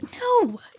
No